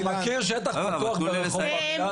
אתה מכיר שטח פתוח ברחוב בר אילן?